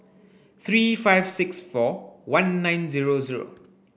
three five six four one nine zero zero